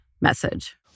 message